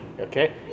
Okay